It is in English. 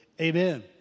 amen